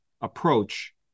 approach